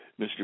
Mr